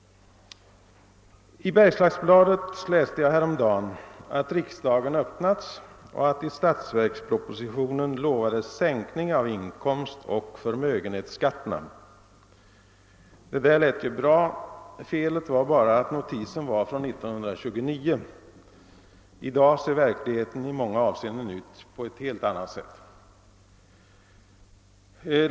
I Bärgslagsbladet läste jag häromdagen, att riksdagen öppnats och att i statsverkspropositionen lovades sänkning av inkomstoch förmögenhetsskatterna. Det där lät ju bra, felet var bara att notisen var från 1929. I dag ser verkligheten i många avseenden ut på ett helt annat sätt.